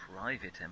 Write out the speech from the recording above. private